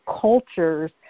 cultures